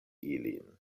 ilin